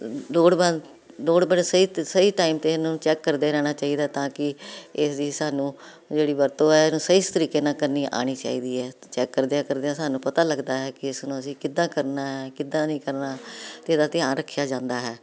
ਲੋੜਵੰਦ ਲੋੜ ਵੇਲੇ ਸਹੀ ਅਤੇ ਸਹੀ ਟਾਈਮ 'ਤੇ ਇਹਨੂੰ ਚੈੱਕ ਕਰਦੇ ਰਹਿਣਾ ਚਾਹੀਦਾ ਤਾਂ ਕਿ ਇਸ ਦੀ ਸਾਨੂੰ ਜਿਹੜੀ ਵਰਤੋ ਹੈ ਉਹਨੂੰ ਸਹੀ ਤਰੀਕੇ ਨਾਲ ਕਰਨੀ ਆਉਣੀ ਚਾਹੀਦੀ ਹੈ ਚੈੱਕ ਕਰਦਿਆਂ ਕਰਦਿਆਂ ਸਾਨੂੰ ਪਤਾ ਲੱਗਦਾ ਹੈ ਕਿ ਇਸ ਨੂੰ ਅਸੀਂ ਕਿੱਦਾਂ ਕਰਨਾ ਕਿੱਦਾਂ ਨਹੀਂ ਕਰਨਾ ਅਤੇ ਇਹਦਾ ਧਿਆਨ ਰੱਖਿਆ ਜਾਂਦਾ ਹੈ